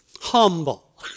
humble